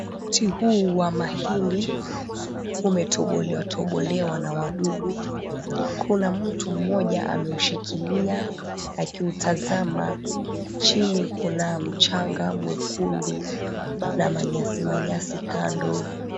Mti huu wa mahindi umetobolewatobolewa na wadudu. Kuna mtu mmoja ameushikilia akiutazama, chini kuna mchanga mwekundu na manyasi manyasi kando .